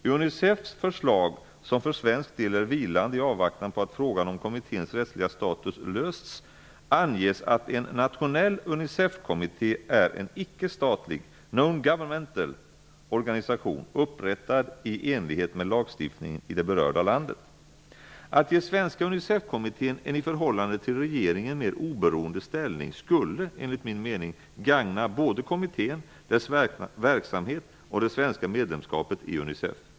I Unicefs förslag, som för svensk del är vilande i avvaktan på att frågan om kommitténs rättsliga status lösts, anges att en nationell Unicefkommitté är en icke-statlig organisation upprättad i enlighet med lagstiftningen i det berörda landet. Att ge Svenska Unicefkommittén en i förhållande till regeringen mer oberoende ställning skulle, enligt min mening, gagna både kommittén, dess verksamhet och det svenska medlemskapet i Unicef.